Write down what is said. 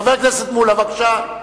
חבר הכנסת מולה, בבקשה.